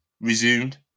resumed